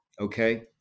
okay